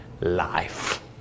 life